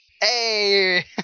Hey